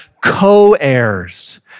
co-heirs